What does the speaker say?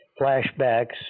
flashbacks